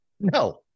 No